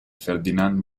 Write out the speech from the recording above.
ferdinand